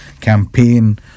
campaign